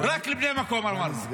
רק לבני המקום, אמרנו.